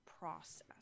Process